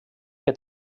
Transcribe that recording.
que